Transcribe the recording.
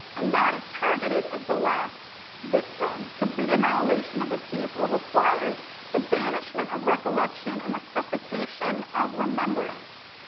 and, that is targeted as the last victim. complete annihilation of a people requires the banishment of recollection and the suffocation of remembrance,